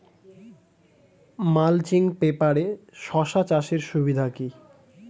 Mulching পেপারে শসা চাষের সুবিধা কি?